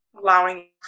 Allowing